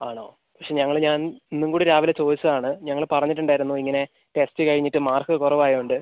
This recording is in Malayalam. ആണോ പക്ഷേ ഞങ്ങൾ ഞാൻ ഇന്നും കൂടി രാവിലെ ചോദിച്ചതാണ് ഞങ്ങൾ പറഞ്ഞിട്ടുണ്ടായിരുന്നു ഇങ്ങനെ ടെസ്റ്റ് കഴിഞ്ഞിട്ട് മാർക്ക് കുറവായതുകൊണ്ട്